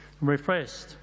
refreshed